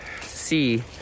see